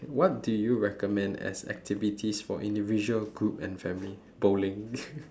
what do you recommend as activities for individual group and family bowling